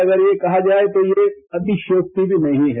अगर यह कहा जाए तो ये अतिशोक्ति भी नहीं है